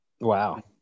Wow